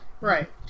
Right